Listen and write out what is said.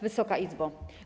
Wysoka Izbo!